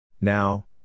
Now